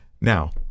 Now